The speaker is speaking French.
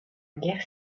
guerre